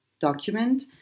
document